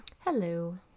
Hello